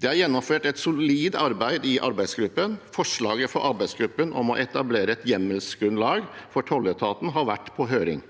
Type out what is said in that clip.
Det er gjennomført et solid arbeid i arbeidsgruppen. Forslaget fra arbeidsgruppen om å etablere et hjemmelsgrunnlag for tolletaten har vært på høring.